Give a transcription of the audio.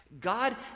God